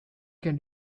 can